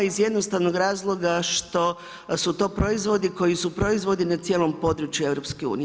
Iz jednostavnog razloga što su to proizvodi, koji su proizvodi na cijelom području EU.